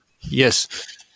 Yes